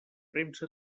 premsa